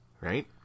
right